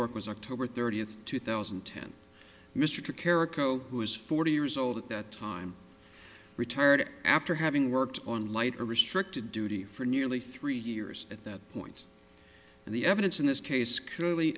work was october thirtieth two thousand and ten mr kerik oh who is forty years old at that time retired after having worked on lighter restricted duty for nearly three years at that point and the evidence in this case clearly